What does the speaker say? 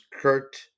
Kurt